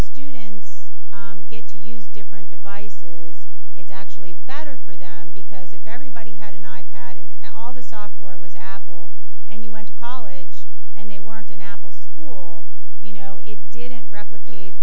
students get to use different devices it's actually better for them because if everybody had an i pad and all the software was apple and you went to college and they weren't an apple school you know it didn't replicate